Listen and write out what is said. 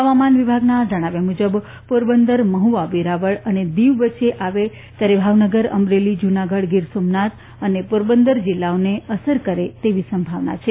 હવામાન વિભાગના જણાવ્યા મુજબ પોરબંદર મહ્વા વેરાવળ અને દીવ વચ્ચે આવે ત્યારે ભાવનગર મરેલી જૂનાગઢ ગીર સોમનાથ અને પોરબંદર જિલ્લાઓને અસર કરે તેવી સંભાવના છે